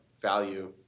value